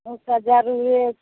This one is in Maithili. एक हजार